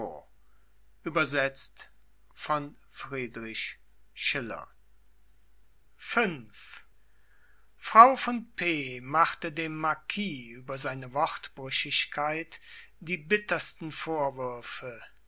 frau von p machte dem marquis über seine wortbrüchigkeit die bittersten vorwürfe